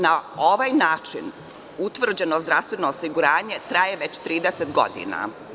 Na ovaj način utvrđeno zdravstveno osiguranje traje već 30 godina.